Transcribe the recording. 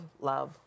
love